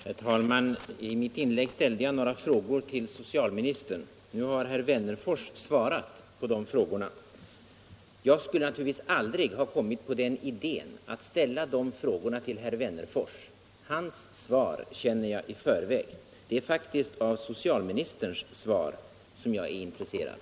Herr talman! I mitt inlägg ställde jag några frågor till socialministern. Nu har herr Wennerfors svarat på de frågorna. Jag skulle naturligtvis aldrig ha kommit på idén att ställa de frågorna till herr Wennerfors — hans svar känner jag i förväg. Det är faktiskt av socialministerns svar som jag är intresserad.